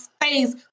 face